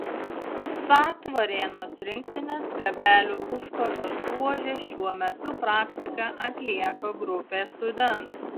vsat varėnos rinktinės kabelių užkardos ruože šiuo metu praktiką atlieka grupė studentų